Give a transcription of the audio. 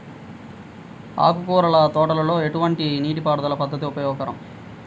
ఆకుకూరల తోటలలో ఎటువంటి నీటిపారుదల పద్దతి ఉపయోగకరం?